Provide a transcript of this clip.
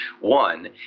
One